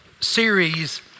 series